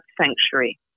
Sanctuary